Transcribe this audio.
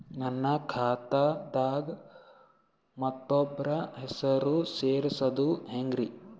ನನ್ನ ಖಾತಾ ದಾಗ ಮತ್ತೋಬ್ರ ಹೆಸರು ಸೆರಸದು ಹೆಂಗ್ರಿ?